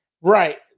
right